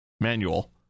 manual